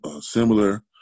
similar